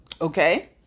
Okay